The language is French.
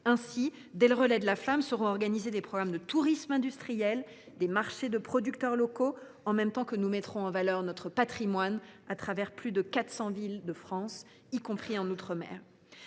faire : dès le relais de la flamme olympique seront organisés des programmes de tourisme industriel et des marchés de producteurs locaux, en même temps que nous mettrons en valeur de notre patrimoine au travers de plus de 400 villes françaises, y compris en outre mer.